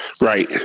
Right